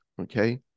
okay